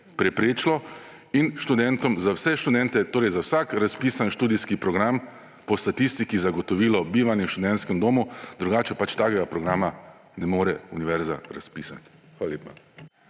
preprečilo in za vse študente, torej za vsak razpisan študijski program po statistki zagotovilo bivanje v študentskem domu, drugače takega programa ne more univerza razpisati. Hvala lepa.